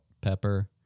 pepper